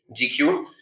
GQ